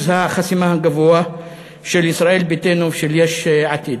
החסימה הגבוה של ישראל ביתנו ושל יש עתיד.